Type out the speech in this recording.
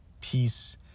peace